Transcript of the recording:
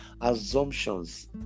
assumptions